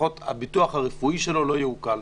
לפחות הביטוח הרפואי שלו לא יעוקל.